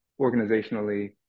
organizationally